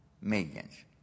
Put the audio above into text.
Millions